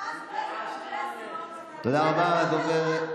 תודה רבה לדובר.